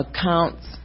accounts